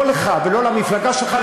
לא לך ולא למפלגה שלך,